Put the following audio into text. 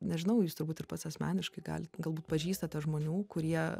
nežinau jūs turbūt ir pats asmeniškai galit galbūt pažįstate žmonių kurie